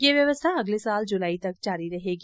यह व्यवस्था अगले साल जुलाई तक जारी रहेगी